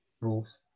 rules